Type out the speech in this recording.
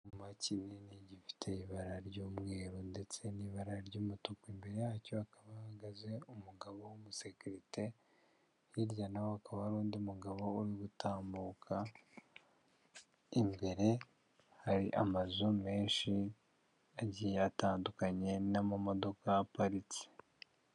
Icyuma kinini gifite ibara ry'umweru ndetse n'ibara ry'umutuku, imbere yacyo hakaba hahagaze umugabo w'umusekirite hirya nawe akaba ari undi mugabo uri gutambuka imbere hari amazu menshi agiye atandukanye n'amamodoka ahaparitse.